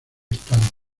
estándar